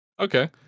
okay